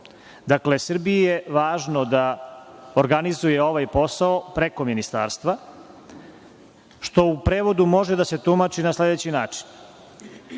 Dakle, Srbiji je važno da organizuje ovaj posao preko ministarstva što u prevodu može da se tumači na sledeći način.